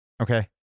Okay